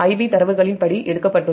Ib டேட்டாவின் படி எடுக்கப்பட்டுள்ளது